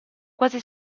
quasi